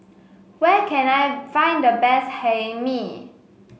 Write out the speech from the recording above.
where can I find the best Hae Mee